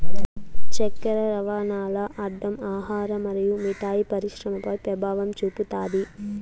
చక్కర రవాణాల్ల అడ్డం ఆహార మరియు మిఠాయి పరిశ్రమపై పెభావం చూపుతాది